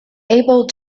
able